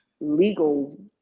legal